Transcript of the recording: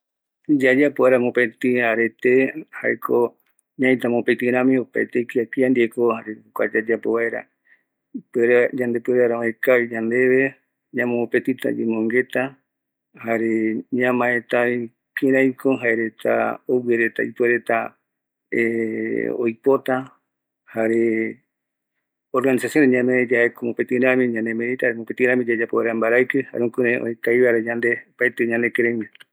Oyeapo vaera arete tuisava, jaeko ñaïta mopetï rämi yembonguetape, yayomborɨ mopëtïrmi, jukuraï yaesauka vaera mopetï arete ikavigueva ouvareta iyapiraikavi